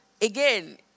Again